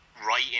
right